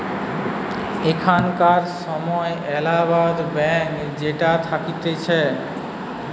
এখানকার সময় এলাহাবাদ ব্যাঙ্ক যেটা থাকতিছে